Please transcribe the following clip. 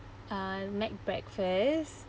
uh mac breakfast